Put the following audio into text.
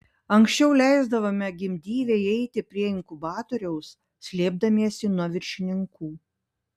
anksčiau leisdavome gimdyvei eiti prie inkubatoriaus slėpdamiesi nuo viršininkų